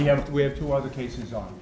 we have we have two other cases on